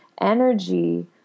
energy